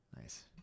Nice